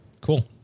cool